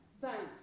thanks